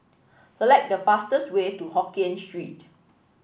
select the fastest way to Hokkien Street